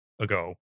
ago